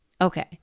Okay